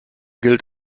gilt